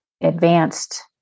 advanced